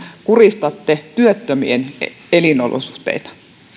kuristatte työttömien elinolosuhteita